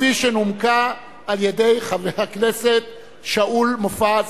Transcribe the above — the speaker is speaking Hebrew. כפי שנומקה על-ידי חבר הכנסת שאול מופז.